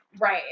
Right